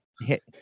hit –